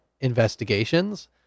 investigations